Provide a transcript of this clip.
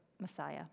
Messiah